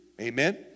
amen